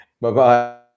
Bye-bye